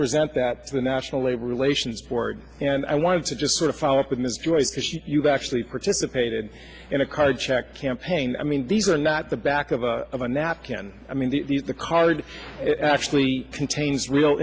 present that to the national labor relations board and i wanted to just sort of follow up with ms joyce because you actually participated in a card check campaign i mean these are not the back of a of a napkin i mean the the card actually contains real